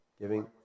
giving